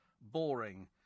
boring